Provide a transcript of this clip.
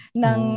ng